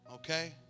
Okay